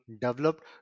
developed